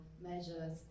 measures